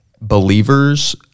believers